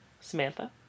Samantha